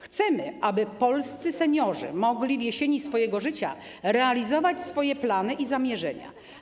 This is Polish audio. Chcemy, aby polscy seniorzy mogli w jesieni życia realizować swoje plany i zamierzenia.